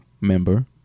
member